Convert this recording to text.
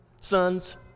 sons